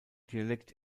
dialekt